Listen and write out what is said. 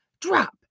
Drop